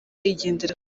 yigendera